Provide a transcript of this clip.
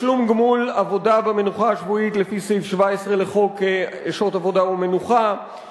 תשלום גמול עבודה במנוחה השבועית לפי סעיף 17 לחוק שעות עבודה ומנוחה,